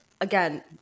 again